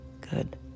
good